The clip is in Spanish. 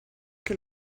que